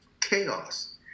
chaos